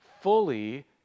fully